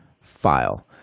file